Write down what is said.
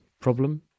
problem